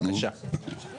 שלום,